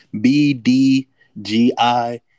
b-d-g-i